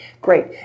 great